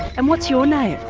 and what's your name?